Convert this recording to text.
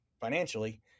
financially